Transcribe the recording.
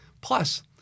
Plus